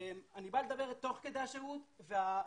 אני רוצה לדבר על מהלך השירות והסיומת,